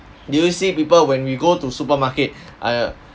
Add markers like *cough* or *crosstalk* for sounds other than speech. do you see people when we go to supermarket *breath* !aiya!